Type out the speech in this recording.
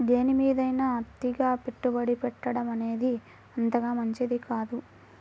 దేనిమీదైనా అతిగా పెట్టుబడి పెట్టడమనేది అంతగా మంచిది కాదు